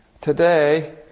Today